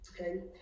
okay